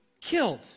killed